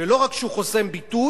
ולא רק שהוא חוסם ביטוי,